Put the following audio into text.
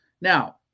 Now